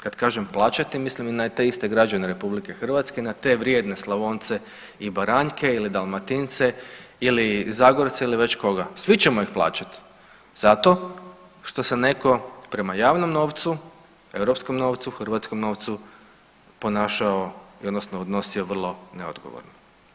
Kad kažem plaćati mislim na te iste građane RH, na te vrijedne Slavonce i Baranjke ili Dalmatince ili Zagorce ili već koga, svi ćemo ih plaćati zato što se neko prema javnom novcu, europskom novcu, hrvatskom novcu ponašao jednostavno odnosio vrlo neodgovorno.